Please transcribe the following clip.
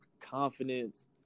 confidence